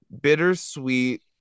bittersweet